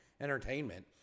entertainment